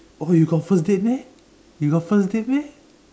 oh you got first date meh you got first date meh